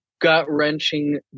gut-wrenching